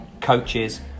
coaches